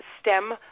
STEM